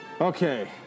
Okay